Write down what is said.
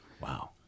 Wow